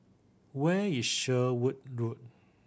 where is Sherwood Road